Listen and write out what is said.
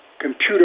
computer